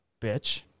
bitch